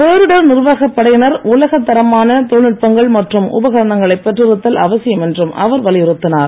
பேரிடர் நிர்வாகப் படையினர் உலகத் தரமான தொழில்நுட்பங்கள் மற்றும் உபகரணங்களை பெற்றிருத்தல் அவசியம் என்றும் அவர் வலியுறுத்தினார்